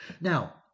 Now